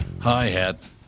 Hi-hat